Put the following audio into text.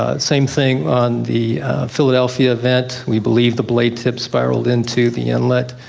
ah same thing on the philadelphia event. we believe the blade tip spiraled into the inlet.